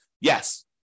Yes